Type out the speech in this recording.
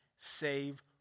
save